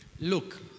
Look